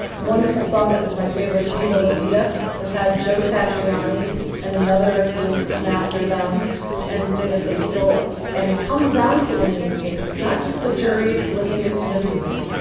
wonderful song, that is my favorite, viva la vida has had joe satriani and another group come after them and say that they stole it. and it comes down to, in these cases, not just the juries listening to the music,